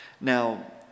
Now